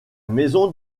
maison